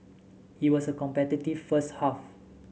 it was a competitive first half